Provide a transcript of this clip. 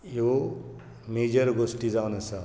ह्यो मेजर गोश्टी जावन आसात